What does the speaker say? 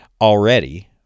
already